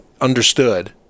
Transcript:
understood